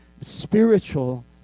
spiritual